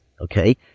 Okay